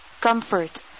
comfort